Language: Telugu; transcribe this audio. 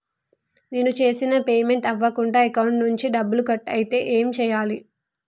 నేను చేసిన పేమెంట్ అవ్వకుండా అకౌంట్ నుంచి డబ్బులు కట్ అయితే ఏం చేయాలి?